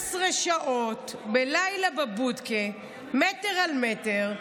12 שעות בלילה, בבודקה מטר על מטר.